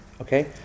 Okay